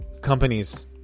companies